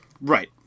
right